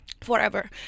forever